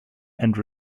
and